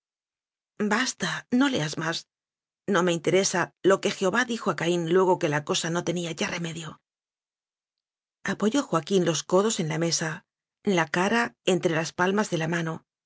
basta no leas más no me interesa lo que jehová dijo a caín luego que la cosa no tenía ya remedio apoyó joaquín los codos en la mesa la cara entre las palmas de la mano